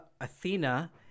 Athena